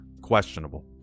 questionable